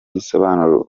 risobanura